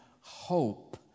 hope